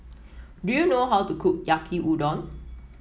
do you know how to cook Yaki Udon